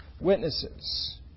witnesses